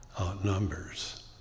outnumbers